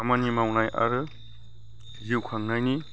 खामानि मावनाय आरो जिउ खांनायनि